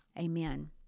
amen